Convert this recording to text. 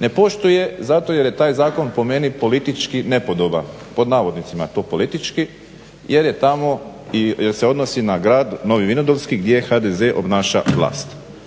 Ne poštuje zato jer je taj zakon po meni "politički" nepodoban, jer je tamo, jer se odnosi na Grad Novi Vinodolski gdje HDZ obnaša vlast.